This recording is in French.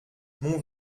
mon